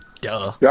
Duh